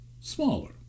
smaller